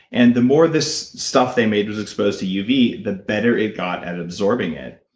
and the more this stuff they made was exposed to uv, the better it got at absorbing it.